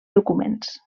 documents